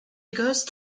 ghost